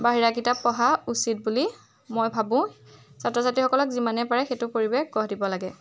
বাহিৰা কিতাপ পঢ়া উচিত বুলি মই ভাবোঁ ছাত্ৰ ছাত্ৰীসকলক যিমানেই পাৰে সেইটো পৰিৱেশ গঢ় দিব লাগে